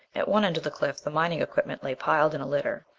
at one end of the cliff the mining equipment lay piled in a litter.